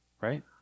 right